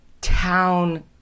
town